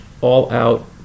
all-out